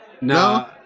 No